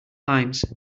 limes